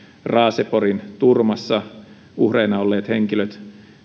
raaseporin turmassa uhreina olleet henkilöt